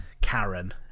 Karen